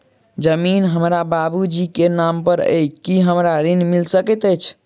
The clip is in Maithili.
जमीन हमरा बाबूजी केँ नाम पर अई की हमरा ऋण मिल सकैत अई?